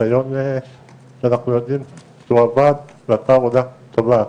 ניסיון שאנחנו יודעים שהוא עבד ועשה עבודה טובה,